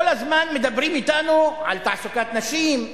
כל הזמן מדברים אתנו על תעסוקת נשים.